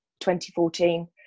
2014